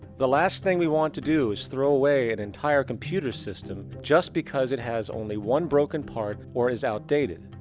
the last thing we want to do is throw away an entire computer system just because it has only one broken part, or is outdated.